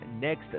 next